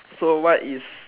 so what is